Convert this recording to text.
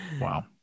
wow